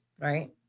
right